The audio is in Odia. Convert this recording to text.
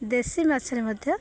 ଦେଶୀ ମାଛରେ ମଧ୍ୟ